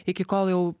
iki kol jau